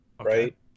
right